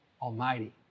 Almighty